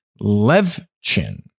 Levchin